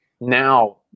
Now